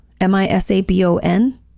m-i-s-a-b-o-n